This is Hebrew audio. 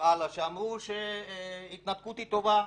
שאמרו שההתנתקות היא טובה,